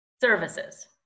services